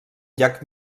llac